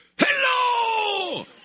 Hello